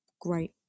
great